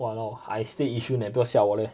!walao! I stay yishun eh 不要吓我 leh